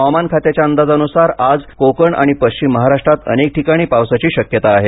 हवामान खात्याच्या अंदाजानुसार आज कोकण आणि पश्चिम महाराष्ट्रात नेक ठिकाणी पावसाची शक्यता आहे